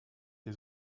les